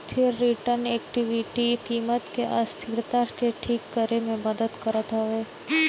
इ बांड स्थिर return equity कीमत के अस्थिरता के ठीक करे में मदद करत हवे